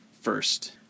first